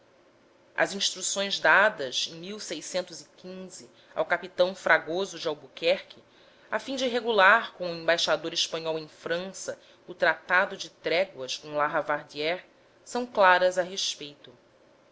as instruções dadas em ao capitão fragoso de albuquerque a fim de regular com o embaixador espanhol em frança o tratado de tréguas com la ravardire são claras a respeito